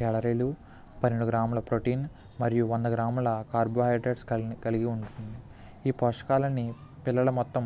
క్యాలరీలు పన్నెండు గ్రాముల ప్రోటీన్ మరియు వంద గ్రాముల కార్బోహైడ్రేట్స్ కలిగి కలిగి ఉంటుంది ఈ పోషకాలన్నీ పిల్లల మొత్తం